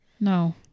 no